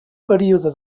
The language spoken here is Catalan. període